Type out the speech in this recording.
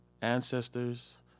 ancestors